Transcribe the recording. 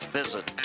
visit